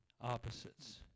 opposites